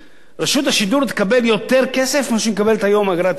רשות השידור תקבל יותר כסף ממה שהיא מקבלת היום דרך אגרת הטלוויזיה.